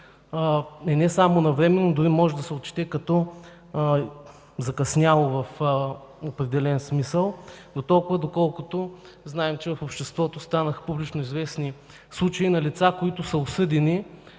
не само навременно, но дори може да се отчете като закъсняло в определен смисъл, доколкото в обществото станаха публично известни случаи на лица, осъдени